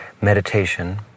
Meditation